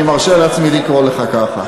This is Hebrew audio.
ואני מרשה לעצמי לקרוא לך ככה,